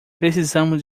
precisamos